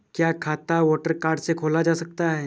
क्या खाता voter card से खोला जा सकता है?